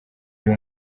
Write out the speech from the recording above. uyu